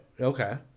Okay